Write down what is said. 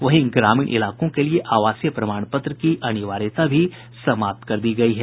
वहीं ग्रामीण इलाकों के लिए आवासीय प्रमाण पत्र की अनिवार्यता भी समाप्त कर दी गयी है